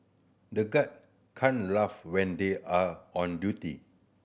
the guard can't laugh when they are on duty